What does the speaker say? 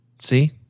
See